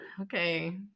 Okay